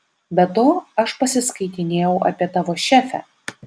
be to aš pasiskaitinėjau apie tavo šefę